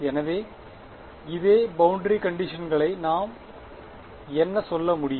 எனவே இதே பௌண்டரி கண்டிஷன்களை நாம் என்ன சொல்ல முடியும்